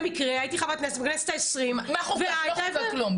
במקרה הייתי חברת כנסת בכנסת ה-20 --- לא חוקק כלום,